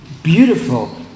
Beautiful